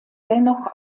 dennoch